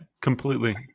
completely